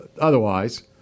otherwise